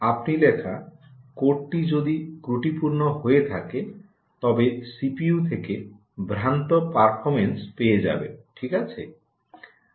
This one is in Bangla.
আপনি লেখা কোডটি যদি ক্রটিপূর্ণ হয়ে থাকে তবে সিপিইউ থেকে ভ্রান্ত পারফরম্যান্স পেয়ে যাবেন ঠিক আছে